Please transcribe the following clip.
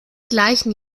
gleichen